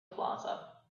plaza